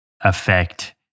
affect